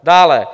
Dále.